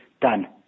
done